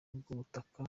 bw’ubutaka